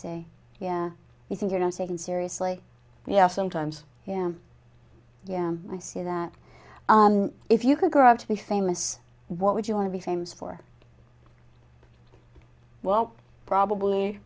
say yeah you think you're not taken seriously yeah sometimes yeah yeah i see that if you could grow up to be famous what would you want to be famous for well probably